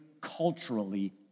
culturally